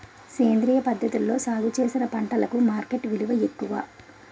సేంద్రియ పద్ధతిలో సాగు చేసిన పంటలకు మార్కెట్ విలువ ఎక్కువ